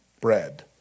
bread